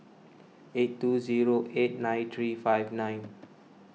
eight two zero eight nine three five nine